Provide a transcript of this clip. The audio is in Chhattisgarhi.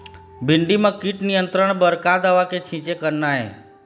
भिंडी म कीट नियंत्रण बर का दवा के छींचे करना ये?